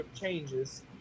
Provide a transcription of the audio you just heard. changes